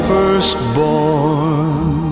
Firstborn